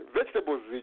Vegetables